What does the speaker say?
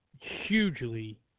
hugely